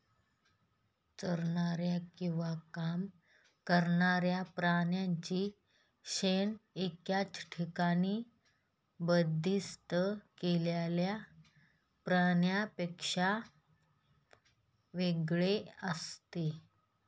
चरणाऱ्या किंवा काम करणाऱ्या प्राण्यांचे शेण एकाच ठिकाणी बंदिस्त केलेल्या प्राण्यांपेक्षा वेगळे असते